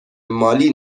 مالی